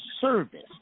service